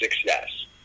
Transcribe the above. success